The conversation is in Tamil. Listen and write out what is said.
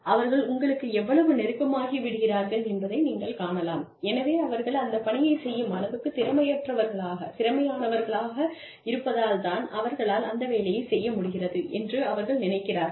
அவர்கள் உங்களுக்கு எவ்வளவு நெருக்கமாகி விடுகிறார்கள் என்பதை நீங்கள் காணலாம் எனவே அவர்கள் அந்த பணியைச் செய்யும் அளவுக்குத் திறமையானவர்களாக இருப்பதால் தான் அவர்களால் அந்த வேலையைச் செய்ய முடிகிறது என்று அவர்கள் நினைக்கிறார்கள்